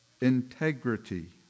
integrity